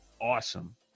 awesome